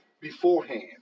beforehand